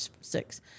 six